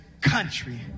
country